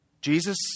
Jesus